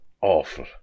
awful